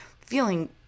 feeling